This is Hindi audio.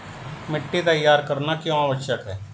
मिट्टी तैयार करना क्यों आवश्यक है?